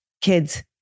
kids